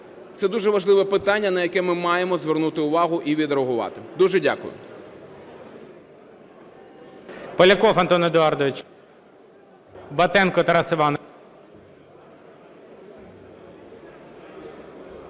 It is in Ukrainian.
Це дуже важливе питання, на яке ми маємо звернути увагу і відреагувати. Дуже дякую.